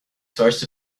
first